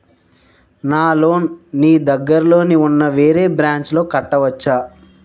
నా లోన్ నీ దగ్గర్లోని ఉన్న వేరే బ్రాంచ్ లో కట్టవచా?